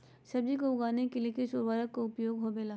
सब्जी को उगाने के लिए किस उर्वरक का उपयोग होबेला?